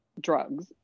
drugs